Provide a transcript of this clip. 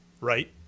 right